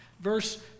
Verse